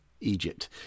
egypt